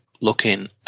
looking